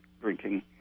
drinking